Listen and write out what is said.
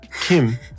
Kim